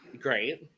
Great